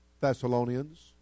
Thessalonians